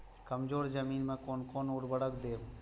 कमजोर जमीन में कोन कोन उर्वरक देब?